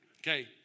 Okay